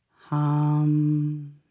hum